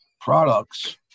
products